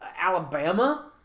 Alabama